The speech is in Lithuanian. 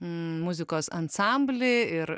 muzikos ansamblį ir